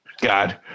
God